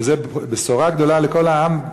וזו בשורה גדולה לכל העם,